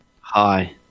Hi